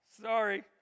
Sorry